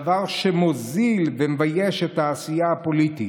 דבר שמוזיל ומבייש את העשייה הפוליטית.